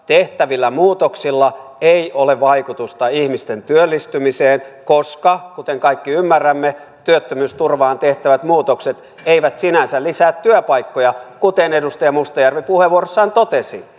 tehtävillä muutoksilla ei ole vaikutusta ihmisten työllistymiseen koska kuten kaikki ymmärrämme työttömyysturvaan tehtävät muutokset eivät sinänsä lisää työpaikkoja kuten edustaja mustajärvi puheenvuorossaan totesi